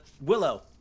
Willow